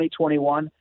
2021